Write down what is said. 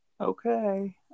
Okay